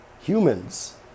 humans